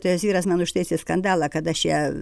tai jos vyras man užtaisė skandalą kad aš ją